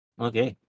Okay